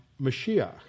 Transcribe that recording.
Mashiach